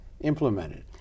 implemented